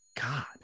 God